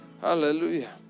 hallelujah